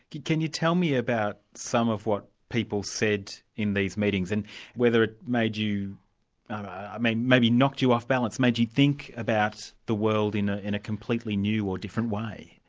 can can you tell me about some of what people said in these meetings, and whether it made you maybe knocked you off balance, made you think about the world in ah in a completely new or different way?